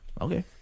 okay